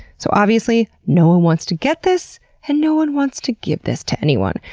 so obviously, no one wants to get this and no one wants to give this to anyone.